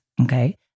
okay